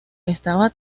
estaba